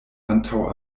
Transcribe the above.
antaŭ